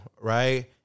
right